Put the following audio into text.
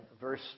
verse